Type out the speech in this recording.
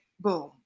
boom